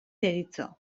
deritzo